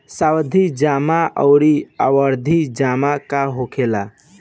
सावधि जमा आउर आवर्ती जमा का होखेला?